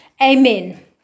Amen